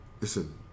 Listen